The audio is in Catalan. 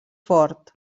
fort